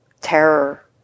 terror